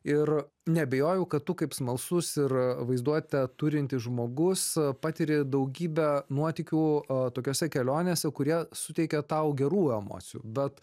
ir neabejojau kad tu kaip smalsus ir vaizduotę turintis žmogus patiri daugybę nuotykių a tokiose kelionėse kurie suteikia tau gerų emocijų bet